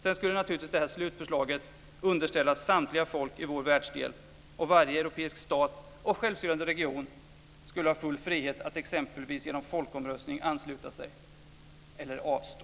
Sedan skulle naturligtvis slutförslaget underställas samtliga folk i vår världsdel och varje europeisk stat och självstyrande region skulle ha full frihet att exempelvis genom folkomröstning ansluta sig eller avstå.